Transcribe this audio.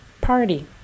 party